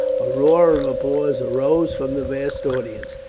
a roar of applause rose from the vast audience.